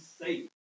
safe